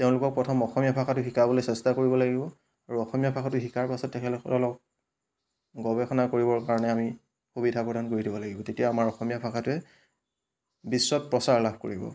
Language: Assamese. তেওঁলোকক প্ৰথম অসমীয়া ভাষাটো শিকাবলৈ চেষ্টা কৰিব লাগিব আৰু অসমীয়া ভাষাটো শিকাৰ পাছত তেখেতসকলক গৱেষণা কৰিবৰ কাৰণে আমি সুবিধা প্ৰদান কৰি দিব লাগিব তেতিয়া আমাৰ অসমীয়া ভাষাটোৱে বিশ্বত প্ৰচাৰ লাভ কৰিব